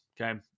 Okay